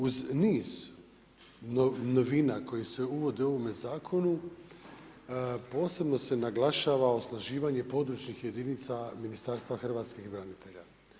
Uz niz novina koje se uvode u ovome zakonu posebno se naglašava osnaživanje područnih jedinica Ministarstva hrvatskih branitelja.